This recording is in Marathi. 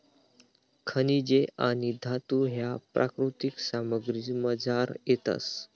खनिजे आणि धातू ह्या प्राकृतिक सामग्रीमझार येतस